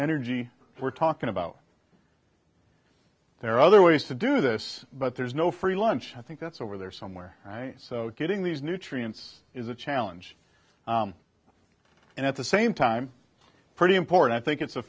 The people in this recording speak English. energy we're talking about there are other ways to do this but there's no free lunch i think that's over there somewhere so getting these nutrients is a challenge and at the same time pretty important think it's a